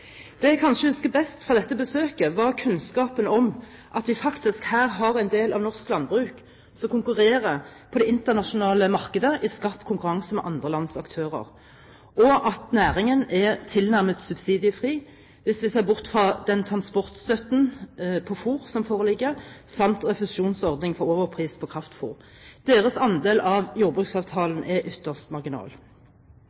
Det jeg kanskje husker best fra dette besøket, er kunnskapen om at vi faktisk her har en del av norsk landbruk som konkurrerer på det internasjonale markedet i skarp konkurranse med andre lands aktører, og at næringen er tilnærmet subsidiefri hvis vi ser bort fra den transportstøtten på fôr som foreligger, samt refusjonsordningen for overpris på kraftfôr. Deres andel av